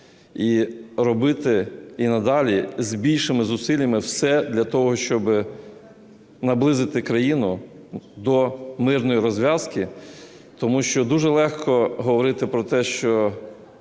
і робити і надалі з більшими зусиллями все для того, щоб наблизити країну до мирної розв'язки. Тому що дуже легко говорити про те, що